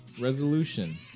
Resolution